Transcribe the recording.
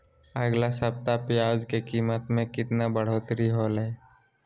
अगला सप्ताह प्याज के कीमत में कितना बढ़ोतरी होलाय?